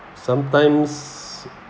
sometimes